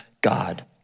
God